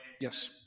Yes